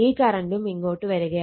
ഈ കറണ്ടും ഇങ്ങോട്ട് വരുകയാണ്